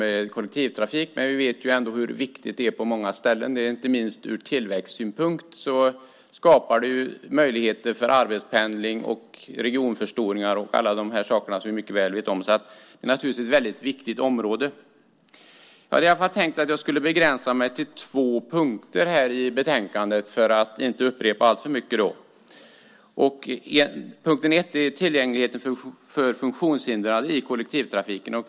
Men vi vet ändå hur viktig den är på många ställen. Inte minst ur tillväxtsynpunkt skapar den möjligheter för arbetspendling, regionförstoring och alla de saker som vi mycket väl vet om. Naturligtvis är det ett väldigt viktigt område. Jag hade i alla fall tänkt att jag skulle begränsa mig till två punkter i betänkandet för att inte upprepa alltför mycket. Punkt 1 gäller tillgängligheten för funktionshindrade i kollektivtrafiken.